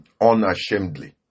unashamedly